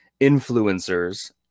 influencers